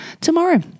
tomorrow